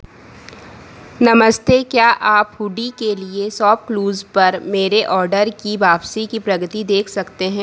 नमस्ते क्या आप हुडी के लिए सॉपक्लूज़ पर मेरे ऑडर की वापसी की प्रगति देख सकते हैं